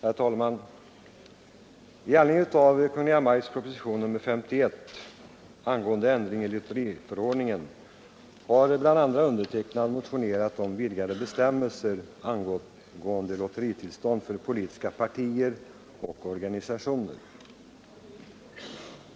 Herr talman! I anledning av Kungl. Maj:ts proposition nr 51 angående ändring i lotteriförordningen har bl.a. jag motionerat om vidgade bestämmelser angående lotteritillstånd för politiska partier och organisationer.